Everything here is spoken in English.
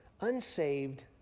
unsaved